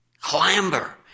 Clamber